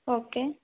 okay